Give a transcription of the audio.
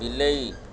ବିଲେଇ